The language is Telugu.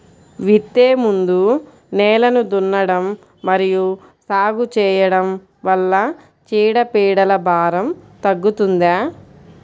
విత్తే ముందు నేలను దున్నడం మరియు సాగు చేయడం వల్ల చీడపీడల భారం తగ్గుతుందా?